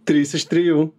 trys iš trijų